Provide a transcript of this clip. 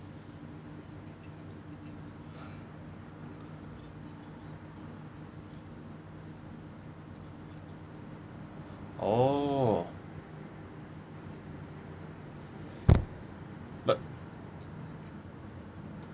oh but